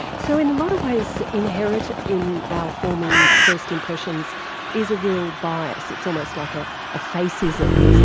so in a lot of ways, inherit in our forming first impressions is a real bias, it's almost like ah a face-ism.